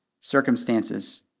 circumstances